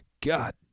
God